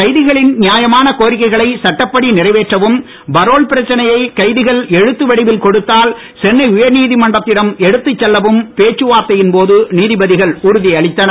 கைதிகளின் நியாயமான கோரிக்கைகளை சட்டப்படி நிறைவேற்றவும் பரோல் பிரச்சனையை கைதிகள் எழுத்து வடிவில் கொடுத்தால் சென்னை உயர்நீதிமன்றத்திடம் எடுத்துச் செல்லவும் பேச்சுவார்த்தையின் போது நீதிபதிகள் உறுதியளித்தனர்